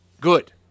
good